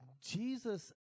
jesus